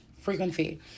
frequency